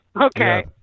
okay